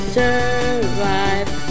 survive